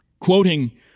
Quoting